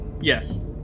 Yes